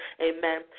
Amen